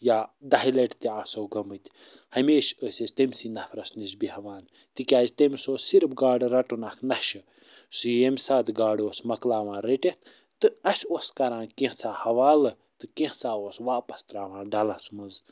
یا دَہہِ لٹہِ تہِ آسو گٔمٕتۍ ہمیشہ ٲسۍ أسۍ تٔمۍسٕے نفرَس نِش بیٚہوان تِکیٛازِ تٔمِس اوس صِرف گاڈٕ رَٹُن اکھ نَشہٕ سُہ ییٚمہِ ساتہٕ گاڈٕ اوس مَکلاوان رٔٹِتھ تہٕ اَسہِ اوس کَران کینٛژاہ حوالہٕ تہٕ کینٛژاہ اوس واپس ترٛاوان ڈَلس منٛز